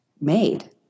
made